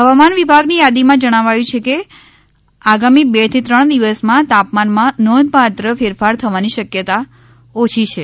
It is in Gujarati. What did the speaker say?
હવામાન વિભાગની યાદીમાં જણાવ્યું છે કે આગામી બે થી ત્રણ દિવસમાં તાપમાનમાં નોંધપાત્ર ફેરફાર થવાની શક્યતા ઓછી છે